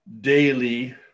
daily